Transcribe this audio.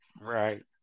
Right